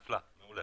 נפלא.